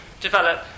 develop